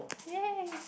ya